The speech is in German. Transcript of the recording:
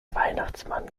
weihnachtsmann